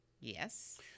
Yes